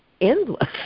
endless